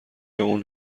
اون